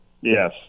yes